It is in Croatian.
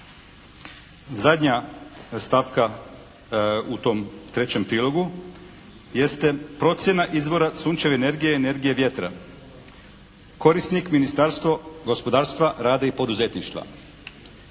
Zadnja stavka u tom 3. prilogu jeste procjena izvora sunčeve energije i energije vjetra. Korisnik Ministarstvo gospodarstva, rada i poduzetništva.